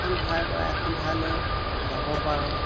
এখন ঠাইৰপৰা এখন ঠাইলৈ যাব পাৰোঁ